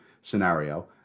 scenario